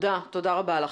תודה רבה לך.